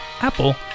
Apple